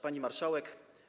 Pani Marszałek!